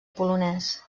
polonès